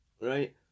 Right